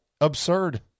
absurd